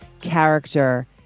character